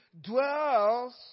dwells